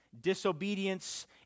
disobedience